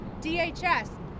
DHS